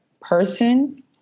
person